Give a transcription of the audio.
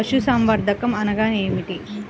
పశుసంవర్ధకం అనగానేమి?